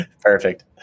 Perfect